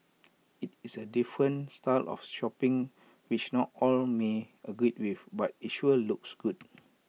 IT is A different style of shopping which not all may agree with but IT sure looks good